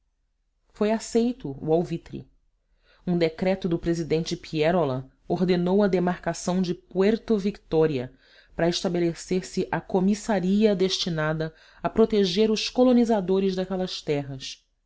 foi aceito o alvitre um decreto do presidente pierola ordenou a demarcação de puerto victoria para estabelecer-se comissaría destinada a proteger os colonizadores daquelas terras